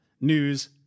news